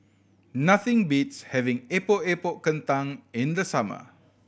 nothing beats having Epok Epok Kentang in the summer